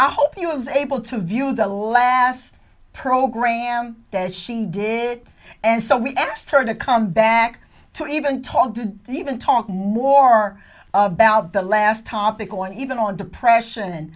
i hope you was able to view the last program that she did and so we asked her to come back to even talk to even talk more about the last topic or even on depression